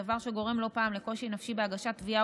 דבר שגורם לא פעם לקושי נפשי בהגשת תביעה